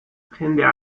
jendea